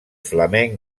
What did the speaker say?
flamenc